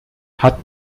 hat